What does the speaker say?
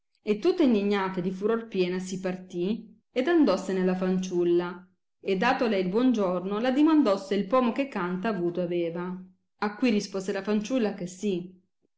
e tutta indignata e di furor piena si partì ed andossene alla fanciulla e datole il buon giorno l addimandò se il pomo che canta avuto aveva a cui rispose la fanciulla che sì